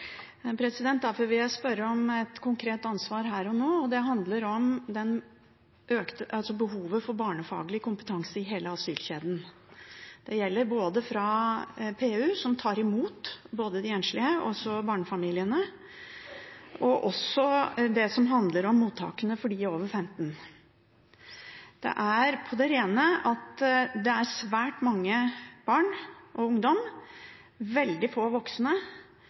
Derfor vil jeg spørre om et konkret ansvar her og nå. Det handler om behovet for barnefaglig kompetanse i hele asylkjeden. Det gjelder både PU, som tar imot både de enslige og barnefamiliene, og det gjelder mottakene for dem over 15 år. Det er på det rene at det dreier seg om svært mange barn og ungdommer, veldig få voksne,